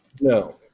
No